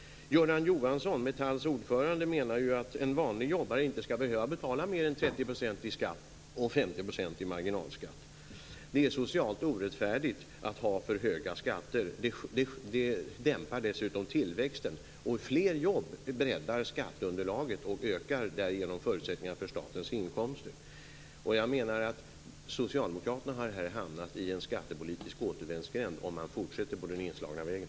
Göran Johnsson, Metalls ordförande, menar att en vanlig jobbare inte skall behöva betala mer än 30 % i skatt och 50 % i marginalskatt. Det är socialt orättfärdigt att ha för höga skatter. Dessutom dämpar det tillväxten. Fler jobb breddar skatteunderlaget och ökar därigenom förutsättningarna för statens inkomster. Jag menar att Socialdemokraterna här hamnar i en skattepolitisk återvändsgränd om man fortsätter på den inslagna vägen.